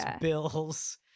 Bills